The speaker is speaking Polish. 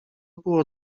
było